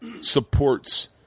supports